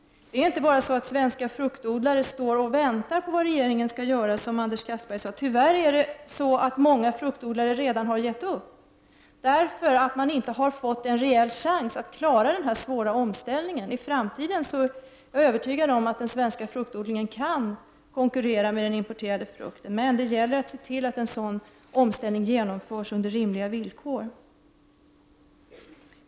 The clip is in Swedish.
Det är inte bara så att svenska fruktodlare står och väntar på vad regeringen skall göra, som Anders Castberger sade. Tyvärr har många fruktodlare redan gett upp därför att de inte fått en reell chans att klara denna svåra omställning. Jag är övertygad om att den svenska fruktodlingen i framtiden kan konkurrera med den importerade frukten, men det gäller att se till att en sådan omställning genomförs under rimliga villkor.